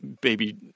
baby